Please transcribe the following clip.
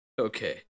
okay